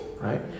right